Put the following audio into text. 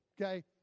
okay